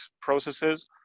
processes